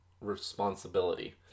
responsibility